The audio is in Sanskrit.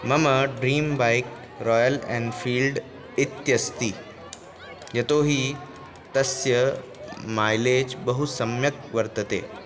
मम ड्रीम् बैक् रायल् एनफ़ील्ड् इत्यस्ति यतोऽहि तस्य मैलेज् बहुसम्यक् वर्तते